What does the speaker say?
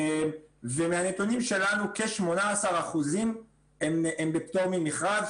ומהנתונים שלנו, כ-18% הם בפטור ממכרז.